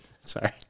Sorry